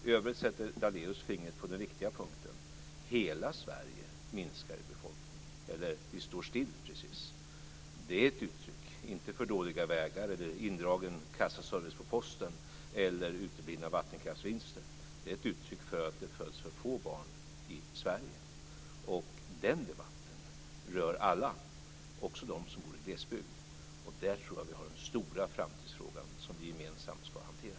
I övrigt sätter Daléus fingret på den viktiga punkten. Hela Sverige minskar i befolkning, eller står precis still. Det är ett uttryck inte för dåliga vägar, indragen kassaservice på posten eller uteblivna vattenkraftsvinster. Det är ett uttryck för att det föds för få barn i Sverige. Den debatten rör alla, också dem som bor i glesbygd. Där tror jag att vi har den stora framtidsfrågan som vi gemensamt ska hantera.